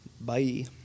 Bye